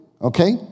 okay